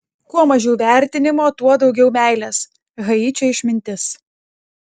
kuo mažiau vertinimo tuo daugiau meilės haičio išmintis